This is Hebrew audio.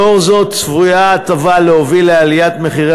לאור זאת צפויה ההטבה להוביל לעליית מחירי